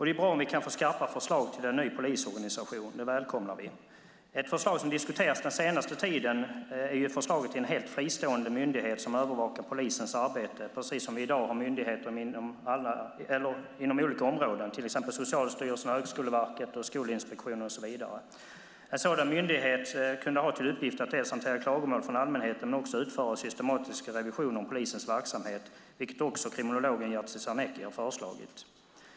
Det är bra om vi kan få skarpa förslag till en ny polisorganisation - det välkomnar vi. Ett förslag som diskuterats den senaste tiden är förslaget till en helt fristående myndighet som övervakar polisens arbete, precis som vi i dag har myndigheter inom olika områden, till exempel Socialstyrelsen, Högskoleverket, Skolinspektionen och så vidare. En sådan myndighet kunde ha till uppgift att dels hantera klagomål från allmänheten, dels utföra systematisk revision av polisens verksamhet, vilket också kriminologen Jerzy Sarnecki har föreslagit.